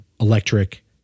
electric